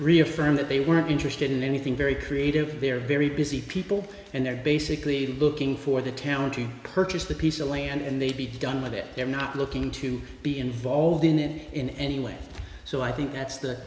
that they weren't interested in anything very creative they are very busy people and they're basically looking for the town to purchase the piece of land and they be done with it they're not looking to be involved in it in any way so i think that's the